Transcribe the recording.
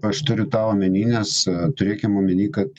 aš turiu tą omeny nes turėkim omeny kad